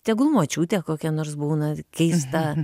tegul močiutė kokia nors būna keista